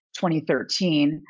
2013